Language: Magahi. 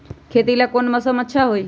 खेती ला कौन मौसम अच्छा होई?